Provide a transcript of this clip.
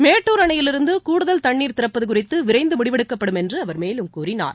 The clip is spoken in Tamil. மேட்டூர் அணையிலிருந்து கூடுதல் தண்ணீர் திறப்பது குறித்து விரைந்து முடிவெடுக்கப்படும் என்று அவர் மேலும் கூறினார்